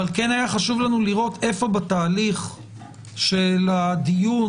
אבל כן היה לנו חשוב לראות איפה בתהליך של הדיון,